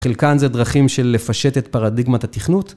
חלקן זה דרכים של לפשט את פרדיגמת התכנות